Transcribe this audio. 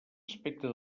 aspecte